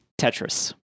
Tetris